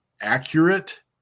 accurate